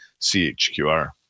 CHQR